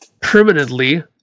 permanently